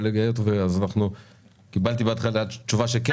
אבל היות ואנחנו קיבלתי בהתחלה תשובה שכן,